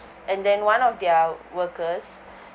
and then one of their workers